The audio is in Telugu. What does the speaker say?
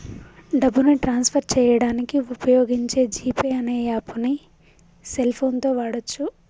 డబ్బుని ట్రాన్స్ ఫర్ చేయడానికి వుపయోగించే జీ పే అనే యాప్పుని సెల్ ఫోన్ తో వాడచ్చు